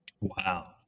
wow